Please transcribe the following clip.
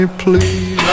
please